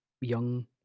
young